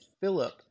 Philip